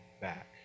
back